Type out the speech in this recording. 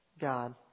God